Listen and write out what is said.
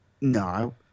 no